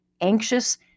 anxious